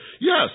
yes